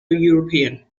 european